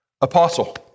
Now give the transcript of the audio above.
apostle